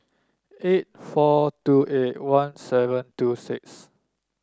eight four two eight one seven two six